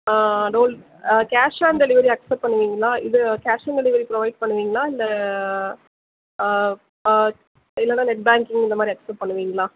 ah door ah cash on delivery accept பண்ணுவீங்களா இது cash on delivery provide பண்ணுவீங்களா இல்லை ஆ ஆ இல்லைனா நெட் பேங்கிங் இந்த மாதிரி அக்சப்ட் பண்ணுவிங்களா